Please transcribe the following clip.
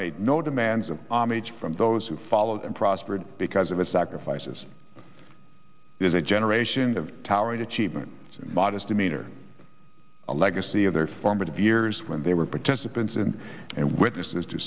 made no demands of homage from those who followed him prospered because of his sacrifices is a generation of power and achievement and modest demeanor a legacy of their formative years when they were participants in and witnesses to